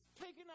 taking